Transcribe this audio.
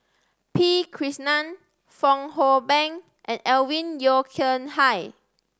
P Krishnan Fong Hoe Beng and Alvin Yeo Khirn Hai